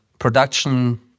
production